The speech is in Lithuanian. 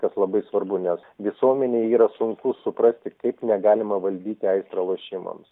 kad labai svarbu nes visuomenei yra sunku suprasti kaip negalima valdyti aistrą lošimams